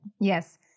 Yes